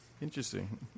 Interesting